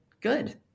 good